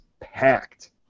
packed